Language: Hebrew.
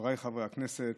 חבריי חברי הכנסת,